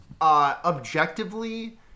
objectively